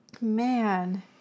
man